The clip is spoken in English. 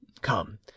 come